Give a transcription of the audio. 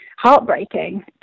heartbreaking